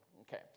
Okay